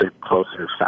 closer